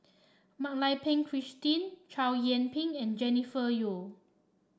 Mak Lai Peng Christine Chow Yian Ping and Jennifer Yeo